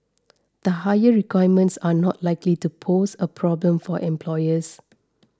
the higher requirements are not likely to pose a problem for employers